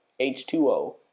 H2O